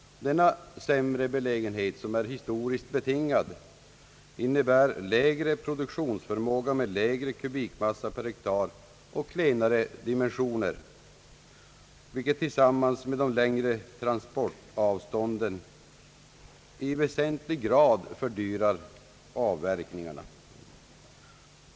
Denna sämre belägenhet, som är historiskt betingad, innebär lägre produktionsförmåga med lägre kubikmassa per hektar och klenare dimensioner, vilket tillsammans med de längre transportavstånden i väsentlig grad fördyrar avverkningarna.